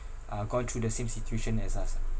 uh gone through the same situation as us ah